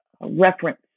reference